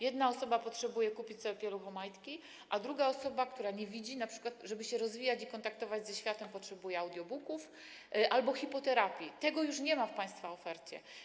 Jedna osoba potrzebuje kupić sobie pieluchomajtki, a druga osoba, która nie widzi na przykład, żeby się rozwijać i kontaktować ze światem, potrzebuje audiobooków albo hipoterapii, a tego już nie ma w państwa ofercie.